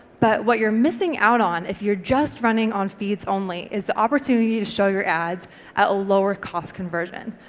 but what you're missing out on if you're just running on feeds only is opportunity to show your ads at a lower cost conversion.